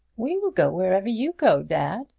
we will go wherever you go, dad,